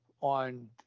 on